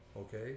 okay